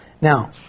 Now